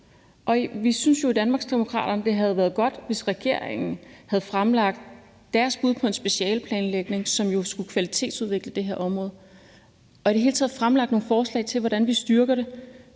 at det havde været godt, hvis regeringen havde fremlagt deres bud på en specialeplanlægning, som skulle kvalitetsudvikle det her område, og i det hele taget havde fremlagt nogle forslag til, hvordan vi styrker det.